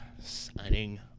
signing